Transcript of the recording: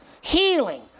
Healing